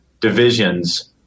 divisions